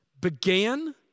began